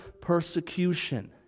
persecution